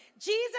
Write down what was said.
Jesus